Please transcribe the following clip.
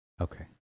Okay